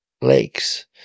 lakes